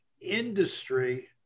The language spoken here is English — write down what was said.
industry